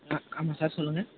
வணக்கம் சார் சொல்லுங்கள்